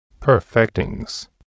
perfectings